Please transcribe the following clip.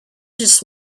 just